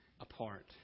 apart